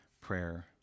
prayer